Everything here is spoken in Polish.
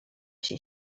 się